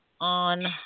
on